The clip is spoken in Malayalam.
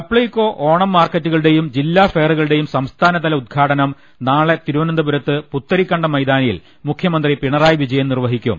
സ്പ്ലൈകൊ ഓണം മാർക്കറ്റുകളുടെയും ജില്ലാ ഫെയ റുകളുടെയും സംസ്ഥാനതല ഉദ്ഘാടനം നാളെ തിരുവ നന്തപുരത്ത് പുത്തരിക്കണ്ടം മൈതാനിയിൽ മുഖൃമന്ത്രി പിണറായി വിജയൻ നിർവഹിക്കും